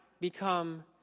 become